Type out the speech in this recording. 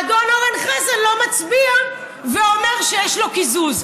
האדון אורן חזן לא מצביע ואומר שיש לו קיזוז.